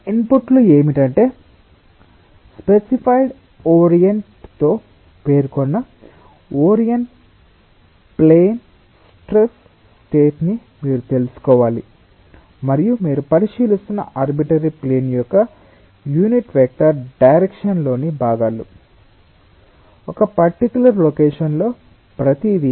ఇన్పుట్లు ఏమిటంటే specified orient తో పేర్కొన్న ఓరియంట్ ప్లేన్స్ స్ట్రెస్ స్టేట్ని మీరు తెలుసుకోవాలి మరియు మీరు పరిశీలిస్తున్న ఆర్బిటరీ ప్లేన్ యొక్క యూనిట్ వెక్టర్ డైరెక్షన్ లోని భాగాలు ఒక పర్టికులర్ లొకేషన్ లో ప్రతిదీ